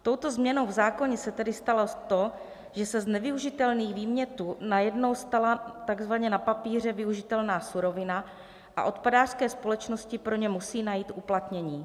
Touto změnou v zákoně se tedy stalo to, že se z nevyužitelných výmětů najednou stala takzvaně na papíře využitelná surovina a odpadářské společnosti pro ně musí najít uplatnění.